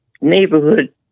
neighborhood